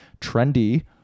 trendy